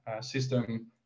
system